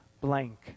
blank